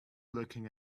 looking